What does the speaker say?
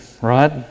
right